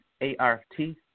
A-R-T